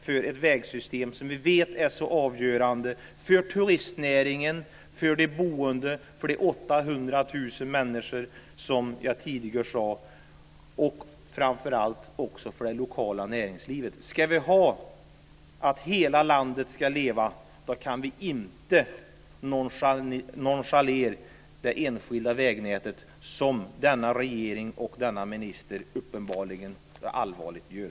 Detta vägsystem är avgörande för turistnäringen, för de boende, för de 800 000 människor som jag nämnde tidigare, och framför allt för det lokala näringslivet. Om hela landet ska leva kan vi inte nonchalera det enskilda vägnätet, såsom regeringen och ministern uppenbarligen gör.